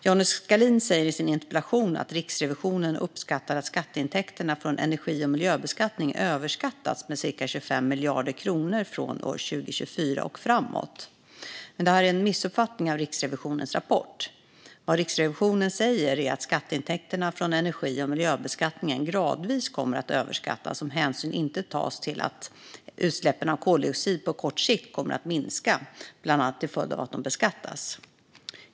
Johnny Skalin skriver i sin interpellation att Riksrevisionen uppskattar att skatteintäkterna från energi och miljöbeskattningen överskattats med cirka 25 miljarder kronor från år 2024 och framåt. Men det är en missuppfattning av Riksrevisionens rapport. Det Riksrevisionen säger är att skatteintäkterna från energi och miljöbeskattningen gradvis kommer att överskattas om hänsyn inte tas till att utsläppen av koldioxid på kort sikt kommer att minska, bland annat till följd av att de beskattas.